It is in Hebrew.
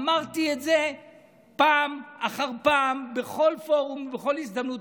אמרתי את זה פעם אחר פעם, בכל פורום, בכל הזדמנות.